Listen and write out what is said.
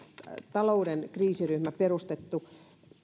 talouden kriisiryhmä perustettu